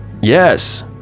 Yes